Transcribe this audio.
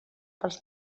pels